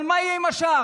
אבל מה יהיה עם השאר?